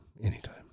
Anytime